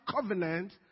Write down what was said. covenant